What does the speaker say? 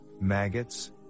maggots